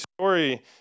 story